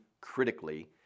critically